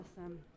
awesome